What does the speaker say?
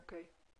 אוקיי,